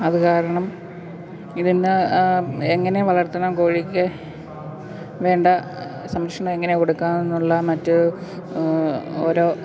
അത് കാരണം ഇതിൻ്റെ എങ്ങനെ വളർത്തണം കോഴിക്ക് വേണ്ട സംരക്ഷണം എങ്ങനെ കൊടുക്കാന്നുള്ള മറ്റ് ഓരോ